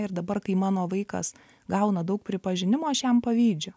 ir dabar kai mano vaikas gauna daug pripažinimo aš jam pavydžiu